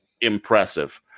impressive